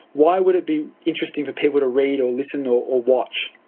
why would it be interesting for people to read, or listen, or or watch?